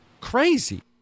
crazy